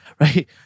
right